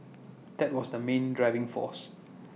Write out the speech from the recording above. that was the main driving force